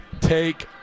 take